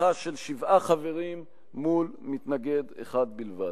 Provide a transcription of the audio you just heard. לתמיכה של שבעה חברים מול מתנגד אחד בלבד.